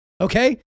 okay